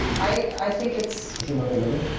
i i think it's is your mother living?